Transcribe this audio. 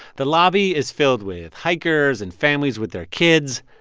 the lobby is filled with hikers and families with their kids.